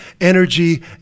energy